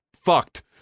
fucked